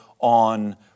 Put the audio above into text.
on